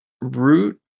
root